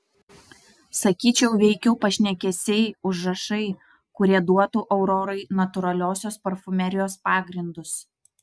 sakyčiau veikiau pašnekesiai užrašai kurie duotų aurorai natūraliosios parfumerijos pagrindus